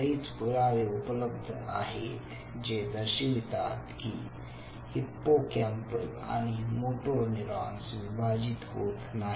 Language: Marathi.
बरेच पुरावे उपलब्ध आहेत जे दर्शवितात की हिप्पोकॅम्पल आणि मोटोर न्यूरॉन्स विभाजित होत नाही